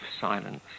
silence